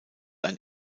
ein